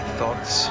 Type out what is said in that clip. thoughts